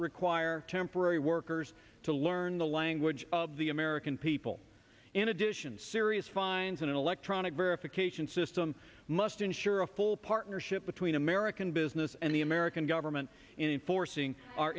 require temporary workers to learn the language of the american people in addition serious fines and electronic verification system must ensure a full partnership between american business and the american government in forcing our